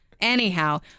anyhow